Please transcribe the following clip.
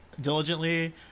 diligently